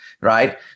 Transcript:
right